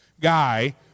guy